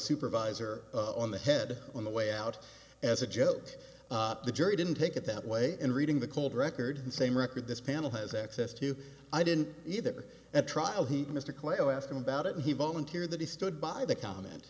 supervisor on the head on the way out as a joke the jury didn't take it that way and reading the cold record same record this panel has access to i didn't either at trial he mr clay i asked him about it he volunteered that he stood by the comment